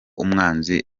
umwanzi